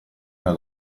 una